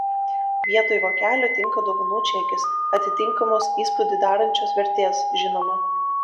vietoj vokelio tinka dovanų čekis atitinkamos įspūdį darančios vertės žinoma